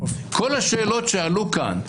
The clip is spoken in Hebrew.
כל השאלות שעלו כאן,